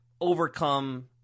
overcome